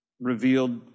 revealed